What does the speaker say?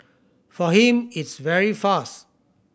for him it's very fast